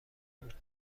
بود